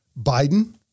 Biden